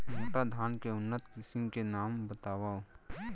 मोटा धान के उन्नत किसिम के नाम बतावव?